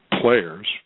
players